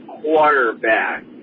quarterback